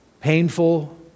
painful